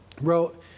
wrote